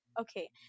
Okay